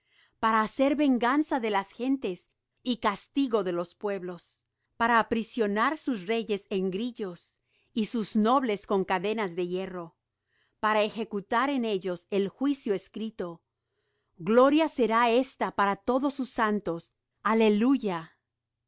para hacer venganza de las gentes y castigo en los pueblos para aprisionar sus reyes en grillos y sus nobles con cadenas de hierro para ejecutar en ellos el juicio escrito gloria será esta para todos sus santos aleluya